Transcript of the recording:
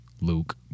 Luke